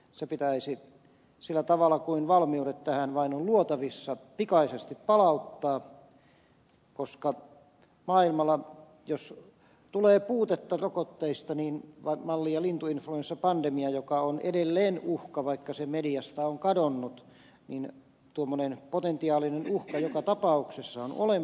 se pitäisi sillä tavalla kuin valmiudet tähän vain on luotavissa pikaisesti palauttaa koska jos maailmalla tulee puutetta rokotteista mallia lintuinfluenssapandemia joka on edelleen uhka vaikka se mediasta on kadonnut niin tuommoinen potentiaalinen uhka joka tapauksessa on olemassa